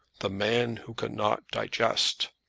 the man who cannot digest!